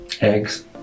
Eggs